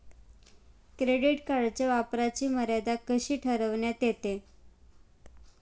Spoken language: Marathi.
क्रेडिट कार्डच्या वापराची मर्यादा कशी ठरविण्यात येते?